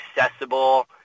accessible